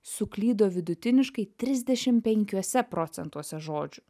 suklydo vidutiniškai trisdešimt penkiuose procentuose žodžių